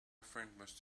friend